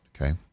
okay